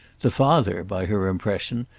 the father, by her impression,